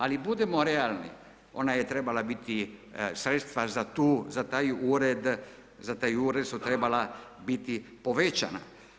Ali budimo realni, ona je trebala biti sredstva za tu, za taj ured, za taj ured su trebala biti povećana.